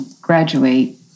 graduate